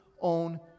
own